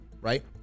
Right